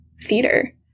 theater